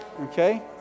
Okay